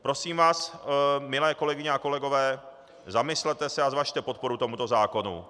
Prosím vás, milé kolegyně a kolegové, zamyslete se a zvažte podporu tomuto zákonu.